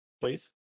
please